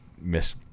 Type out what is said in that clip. miss